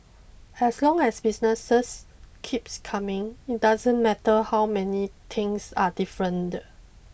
as long as businesses keeps coming it doesn't matter how many things are different